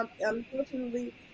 Unfortunately